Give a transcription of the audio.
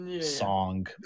song